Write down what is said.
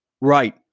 right